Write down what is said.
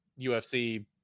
UFC